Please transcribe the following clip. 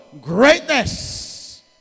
Greatness